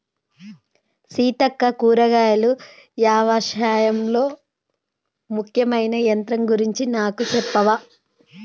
సీతక్క కూరగాయలు యవశాయంలో ముఖ్యమైన యంత్రం గురించి నాకు సెప్పవా